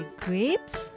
grapes